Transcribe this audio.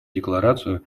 декларацию